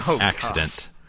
accident